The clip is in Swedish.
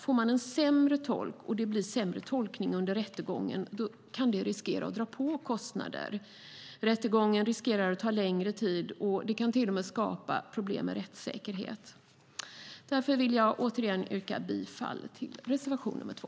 Får man en sämre tolk och det blir sämre tolkning under rättegången kan det riskera att dra på kostnader. Man riskerar att rättegången tar längre tid, och det kan till och med skapas problem med rättssäkerhet. Jag yrkar därför återigen bifall till reservation nr 2.